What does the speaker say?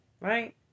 right